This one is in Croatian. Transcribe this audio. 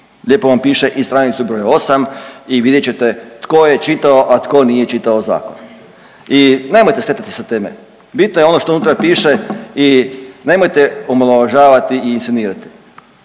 lijepo vam piše i stranicu broj 8 . i vidjet ćete tko je čitao, a tko nije čitao zakon. I nemojte skretati sa teme. Bitno je ono što unutra piše i nemojte omalovažavati i insinuirati.